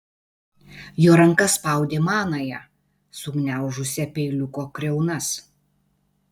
jo ranka spaudė manąją sugniaužusią peiliuko kriaunas